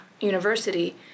University